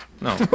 No